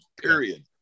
Period